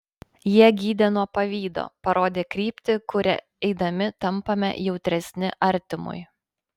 jie gydė nuo pavydo parodė kryptį kuria eidami tampame jautresni artimui